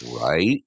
right